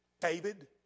David